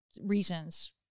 reasons